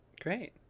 Great